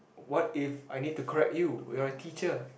what if I need to correct you you're a teacher